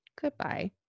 goodbye